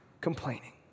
complaining